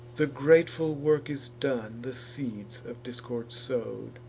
the grateful work is done, the seeds of discord sow'd,